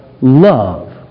love